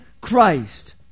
Christ